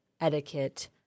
etiquette